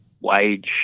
wage